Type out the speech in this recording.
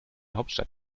hauptstadt